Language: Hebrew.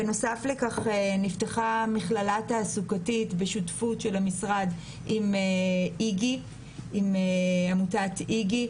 בנוסף לכך נפתחה מכללה תעסוקתית בשותפות של המשרד עם עמותת איגי,